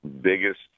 biggest